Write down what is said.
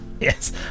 Yes